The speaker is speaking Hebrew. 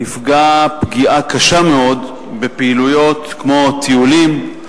יפגע פגיעה קשה מאוד בפעילויות כמו טיולים,